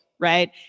right